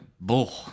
bull